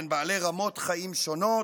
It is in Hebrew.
בין בעלי רמות חיים שונות,